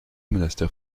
monastère